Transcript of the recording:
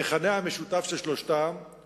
המכנה המשותף של שלושתם הוא